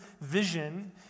vision